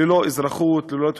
ללא אזרחות, ללא תושבות,